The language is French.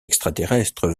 extraterrestres